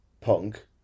Punk